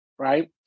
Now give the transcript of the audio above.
right